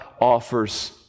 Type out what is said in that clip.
offers